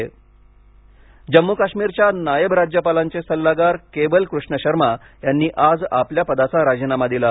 राजीनामा जम्मू काश्मीरच्या नायब राज्यपालांचे सल्लागार केवल कृष्णशर्मा यांनी आज आपल्या पदाचा राजीनामा दिला